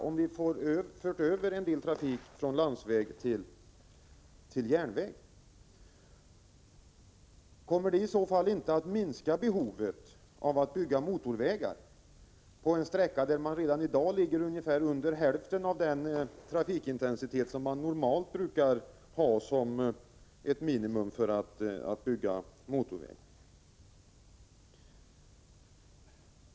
Kommer inte det i så fall att minska behovet av att bygga motorväg på en sträcka, där man redan i dag har mindre än hälften av den trafikintensitet som man normalt brukar ha som minimum för att bygga motorväg?